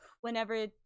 whenever